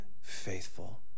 faithful